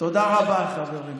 תודה רבה, חברים.